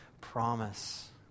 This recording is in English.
promise